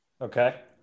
Okay